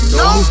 no